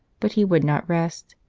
but he would not rest,